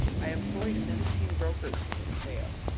i employ seventeen brokers in its sale.